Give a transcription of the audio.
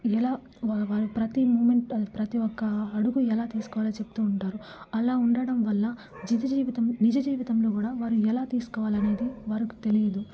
ఎలా వా వారి ప్రతి మూమెంట్ ప్రతి ఒక అడుగు ఎలా తీసుకోవాలో చెప్తూ ఉంటారు అలా ఉండడం వల్ల జిజజీవితం నిజజీవితంలో కూడా వారు ఎలా తీసుకోవాలనేది వారుకు తెలీదు